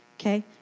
okay